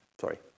Sorry